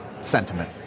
sentiment